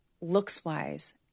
looks-wise